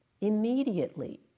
immediately